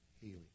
healing